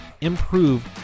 improve